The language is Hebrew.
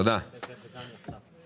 פותח את הישיבה.